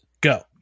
go